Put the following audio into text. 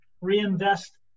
reinvest